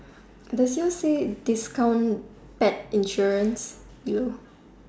does yours say discount pet insurance below